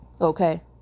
Okay